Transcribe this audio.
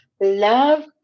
Love